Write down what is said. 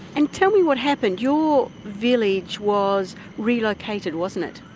and tell me what happened. your village was relocated, wasn't it?